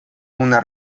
una